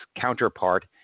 counterpart